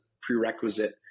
prerequisite